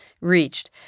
reached